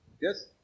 Yes